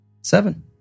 Seven